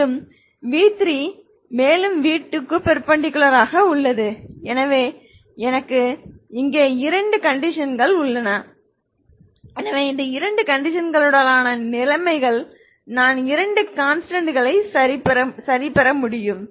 மேலும் v3 மேலும் v2க்கு பெர்பெண்டிகுலர் ஆக உள்ளது எனவே எனக்கு இங்கே இரண்டு கண்டிஷன்கள் உள்ளன எனவே இந்த இரண்டு கண்டிஷன்களுடனான நிலைமைகள் நான் இரண்டு கான்ஸ்டன்ட் களை சரி பெற முடியும்